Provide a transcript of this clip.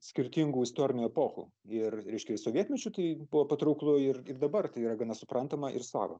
skirtingų istorinių epochų ir reiškia sovietmečiu tai buvo patrauklu ir kaip dabar tai yra gana suprantama ir sava